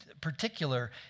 particular